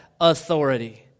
authority